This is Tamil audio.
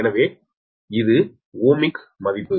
எனவே இது ஓமிக் மதிப்பு